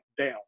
down